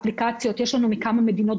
האפליקציות יש לנו דוגמאות מכמה מדינות,